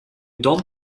don’t